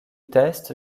test